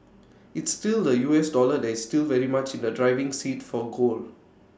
it's still the U S dollar that is still very much in the driving seat for gold